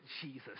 Jesus